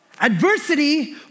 adversity